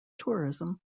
tourism